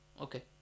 Okay